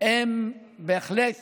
הם בהחלט